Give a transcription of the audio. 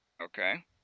okay